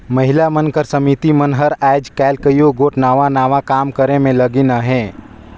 महिला मन कर समिति मन हर आएज काएल कइयो गोट नावा नावा काम करे में लगिन अहें